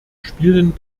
spielen